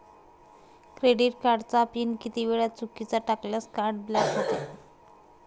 Credit कार्डचा pin किती वेळा चुकीचा टाकल्यास कार्ड ब्लॉक होते?